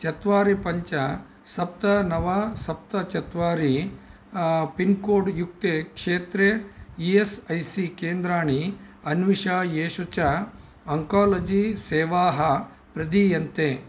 चत्वारि पञ्च सप्त नव सप्त चत्वारि पिन्कोड् युक्ते क्षेत्रे ई एस् ऐ सी केन्द्राणि अन्विष येषु च अङ्कोलजी सेवाः प्रदीयन्ते